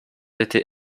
été